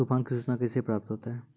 तुफान की सुचना कैसे प्राप्त होता हैं?